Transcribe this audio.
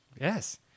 Yes